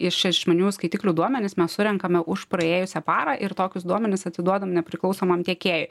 iš išmaniųjų skaitiklių duomenis mes surenkame už praėjusią parą ir tokius duomenis atiduodam nepriklausomam tiekėjui